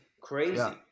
crazy